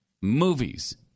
movies